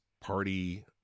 party